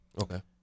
Okay